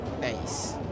Nice